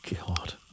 God